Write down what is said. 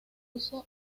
uso